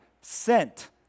sent